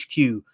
HQ